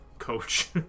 Coach